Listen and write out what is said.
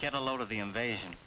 get a load of the invasion